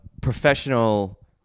professional